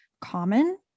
common